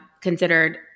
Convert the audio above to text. considered